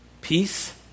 peace